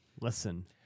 Listen